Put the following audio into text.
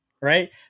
right